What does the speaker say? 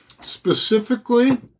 specifically